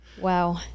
Wow